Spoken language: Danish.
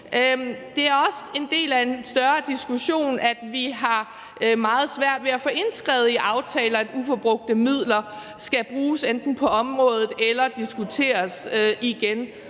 Det er også en del af en større diskussion, at vi har meget svært ved at få indskrevet i aftaler, at uforbrugte midler skal bruges enten på området eller diskuteres igen,